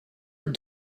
het